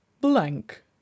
Blank